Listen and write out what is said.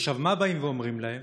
עכשיו, מה באים ואומרים להם?